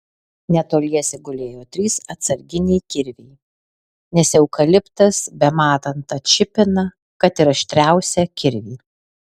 netoliese gulėjo trys atsarginiai kirviai nes eukaliptas bematant atšipina kad ir aštriausią kirvį